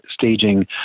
staging